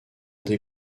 des